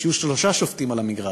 שיהיו שלושה שופטים על המגרש,